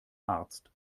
arzt